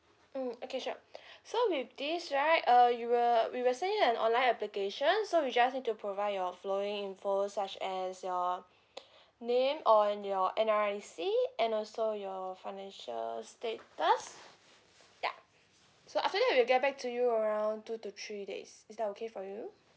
mm okay sure so with this right uh we will we will send you an online application so we just need to provide your following info such as your name on your N_R_I_C and also your financial status yeah so after that we'll get back to you around two to three days is that okay for you